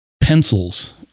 pencils